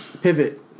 Pivot